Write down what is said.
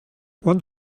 want